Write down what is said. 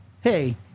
hey